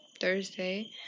Thursday